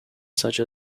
such